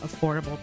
affordable